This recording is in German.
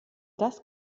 das